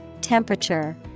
temperature